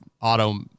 auto